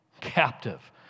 captive